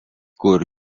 kur